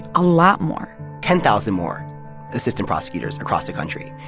a lot more ten-thousand more assistant prosecutors across the country,